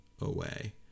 away